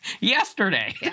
yesterday